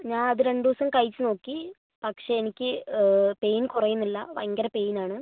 ഞാൻ അത് രണ്ടുദിവസം കഴിച്ചുനോക്കി പക്ഷെ എനിക്ക് പെയിൻ കുറയുന്നില്ല ഭയങ്കര പെയിനാണ്